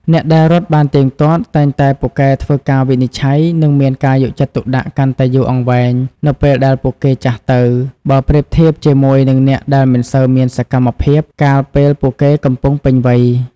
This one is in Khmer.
អ្នកដែលរត់បានទៀងទាត់ តែងតែពូកែធ្វើការវិនិច្ឆ័យ និងមានការយកចិត្តទុកដាក់កាន់តែយូរអង្វែងនៅពេលដែលពួកគេចាស់ទៅ បើប្រៀបធៀបជាមួយនឹងអ្នកដែលមិនសូវមានសកម្មភាពកាលពេលពួកគេកំពុងពេញវ័យ។